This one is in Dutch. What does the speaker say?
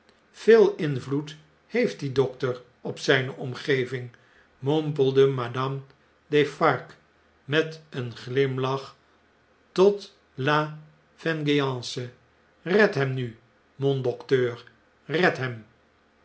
veel invloed heeft die dokter op zjjne omgeving mompelde madame defarge met een glimlach tot la vengeance red hem nu mon docteur red hem